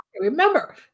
Remember